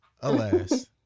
alas